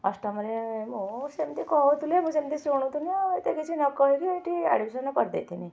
ଅଷ୍ଟମରେ ମୁଁ ସେମିତି କହୁଥିଲେ ସେମିତି ଶୁଣୁଥିଲି ଆଉ ଏତେ କିଛି ନ କହିକି ଏଠି ଆଡ଼ମିଶନ୍ କରି ଦେଇଥିଲି